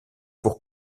pour